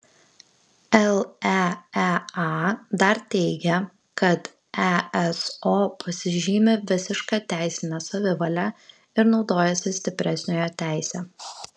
leea dar teigia kad eso pasižymi visiška teisine savivale ir naudojasi stipresniojo teise